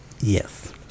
yes